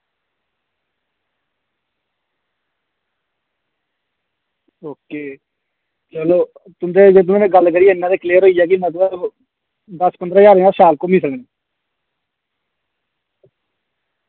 okay चलो तुंदे कन्नै गल्ल करियै इन्ना ते क्लियर होइया कि मतलब दस पंदरा ज्हार कन्नै शैल घुम्मी सकने